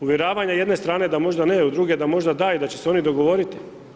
Uvjeravanja jedne strane da možda ne, a druge da možda da, i da će se oni dogovoriti.